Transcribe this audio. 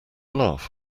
laugh